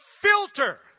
filter